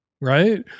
Right